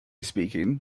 speaking